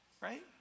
Right